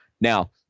Now